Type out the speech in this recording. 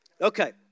Okay